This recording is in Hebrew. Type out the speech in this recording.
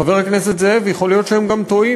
חבר הכנסת זאב, יכול להיות שהם טועים.